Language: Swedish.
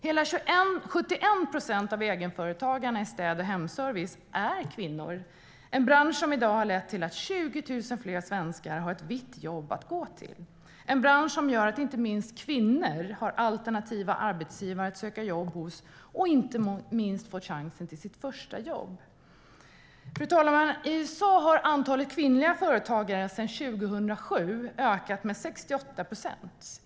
Hela 71 procent av egenföretagarna i städ och hemservice är kvinnor - en bransch som i dag har lett till att 20 000 fler svenskar har ett vitt jobb att gå till, en bransch som gör att inte minst kvinnor har alternativa arbetsgivare att söka jobb hos och där de inte minst har fått chansen till ett första jobb. Fru talman! I USA har antalet kvinnliga företagare sedan 2007 ökat med 68 procent.